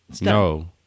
No